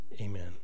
Amen